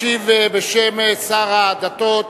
ישיב בשם שר הדתות